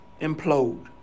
implode